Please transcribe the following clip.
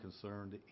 concerned